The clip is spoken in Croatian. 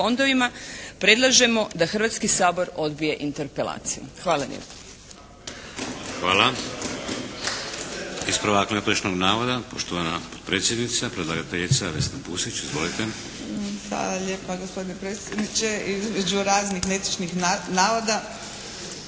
predlažemo da Hrvatski sabor odbije interpelaciju. Hvala lijepa.